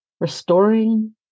restoring